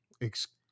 Excuse